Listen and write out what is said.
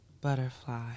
Butterfly